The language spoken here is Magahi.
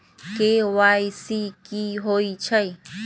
के.वाई.सी कि होई छई?